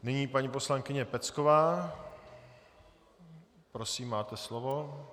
Nyní paní poslankyně Pecková, prosím, máte slovo.